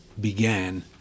began